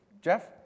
Jeff